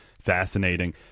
fascinating